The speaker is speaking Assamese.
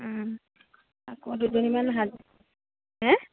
আকৌ দুজনীমান